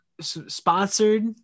sponsored